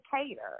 cater